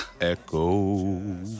Echo